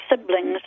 siblings